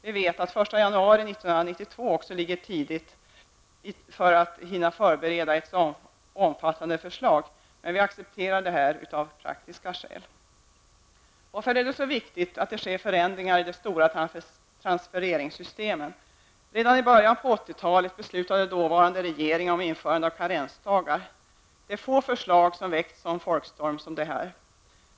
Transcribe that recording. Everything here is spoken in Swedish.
Vi vet att också den 1 januari 1992 ligger nära i tiden för att hinna förbereda ett så omfattande förslag, men vi accepterar detta av praktiska skäl. Varför är det då så viktigt att det sker förändringar i de stora transfereringssystemen? Redan i början av 80-talet beslutade den dåvarande regeringen om införande av karensdagar. Det är få förslag som väckt en sådan folkstorm som detta.